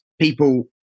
people